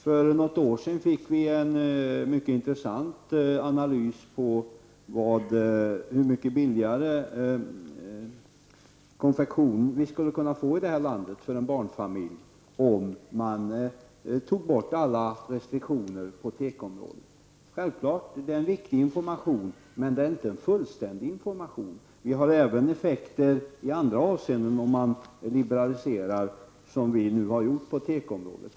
För något år sedan fick vi en mycket intressant analys av hur mycket billigare konfektion vi skulle kunna få här i landet för en barnfamilj om man tog bort alla restriktioner på tekoområdet. Det är självfallet en viktig information, men det är inte en fullständigt information. Man får även andra effekter om man liberaliserar, som vi nu har gjort på tekoområdet.